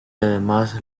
además